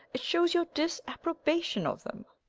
it shows your disapprobation of them.